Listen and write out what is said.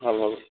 ভাল ভাল